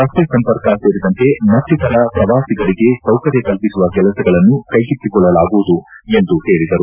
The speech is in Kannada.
ರಸ್ತೆ ಸಂಪರ್ಕ ಸೇರಿದಂತೆ ಮತ್ತಿತರ ಪ್ರವಾಸಿಗರಿಗೆ ಸೌಕರ್ಯ ಕಲ್ಪಿಸುವ ಕೆಲಸಗಳನ್ನು ಕೈಗೊಳ್ಳಲಾಗುವುದು ಎಂದು ಹೇಳಿದರು